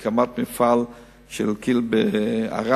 וזה